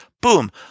Boom